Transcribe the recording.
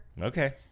Okay